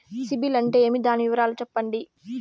సిబిల్ అంటే ఏమి? దాని వివరాలు సెప్పండి?